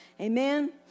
Amen